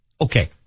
Okay